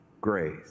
grace